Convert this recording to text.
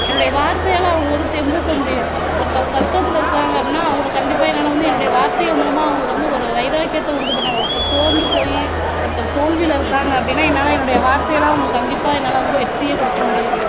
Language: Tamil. என்னுடைய வார்த்தையால் அவங்கள வந்து தெம்பூட்ட முடியும் ஒருத்தவங்க கஷ்டத்தில் இருக்கிறாங்க அப்படின்னா அவங்கள கண்டிப்பாக என்னால் வந்து என்னுடைய வார்த்தைகள் மூலமாக வந்து வைராக்கியத்தை உண்டு பண்ண முடியும் ஒருத்தர் சோர்ந்து போய் ஒருத்தர் தோல்வியில் இருக்கிறாங்க அப்படின்னா என்னால் வார்த்தையால் கண்டிப்பாக என்னால் வந்து வெற்றியை கொடுக்க முடியும்